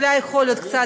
אולי קצת,